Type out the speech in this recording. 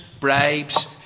bribes